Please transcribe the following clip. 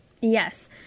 Yes